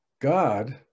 god